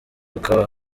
hakaba